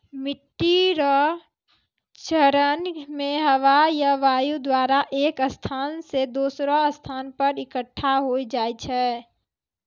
मिट्टी रो क्षरण मे हवा या वायु द्वारा एक स्थान से दोसरो स्थान पर इकट्ठा होय जाय छै